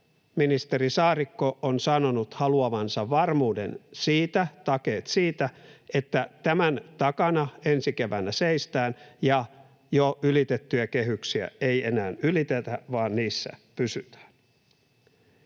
ministeri Saarikko on sanonut haluavansa varmuuden siitä, takeet siitä, että tämän takana ensi keväänä seistään ja jo ylitettyjä kehyksiä ei enää ylitetä vaan niissä pysytään.